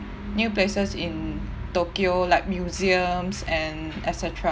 new places in tokyo like museums and et cetera